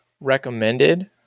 recommended